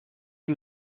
que